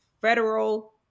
federal